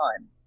time